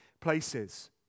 places